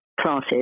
classes